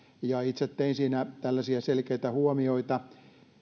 itse tein siinä tällaisia selkeitä huomioita